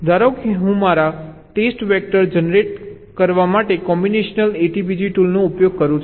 ધારો કે હું મારા ટેસ્ટ વેક્ટર જનરેટ કરવા માટે કોમ્બિનેશનલ ATPG ટૂલનો ઉપયોગ કરું છું